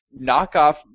knockoff